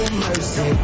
mercy